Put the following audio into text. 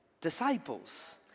Disciples